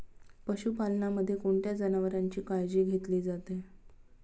पशुपालनामध्ये कोणत्या जनावरांची काळजी घेतली जाते?